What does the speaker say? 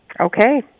Okay